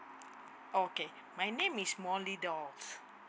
okay my name is molly dolls